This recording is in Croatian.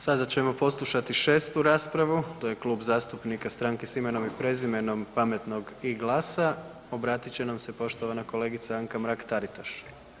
Sada ćemo poslušati šestu raspravu, to je Klub zastupnika Stranke s Imenom i Prezimenom, Pametnog i GLAS-a obratit će nam se poštovana kolegica Anka Mrak Taritaš.